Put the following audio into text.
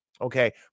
Okay